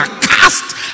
cast